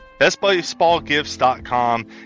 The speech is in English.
BestBaseballGifts.com